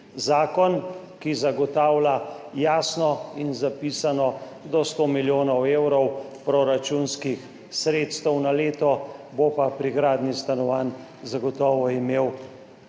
Zakon, ki zagotavlja jasno in zapisano do 100 milijonov evrov proračunskih sredstev na leto, bo pa pri gradnji stanovanj zagotovo imel prave